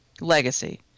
Legacy